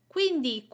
Quindi